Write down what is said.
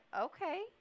okay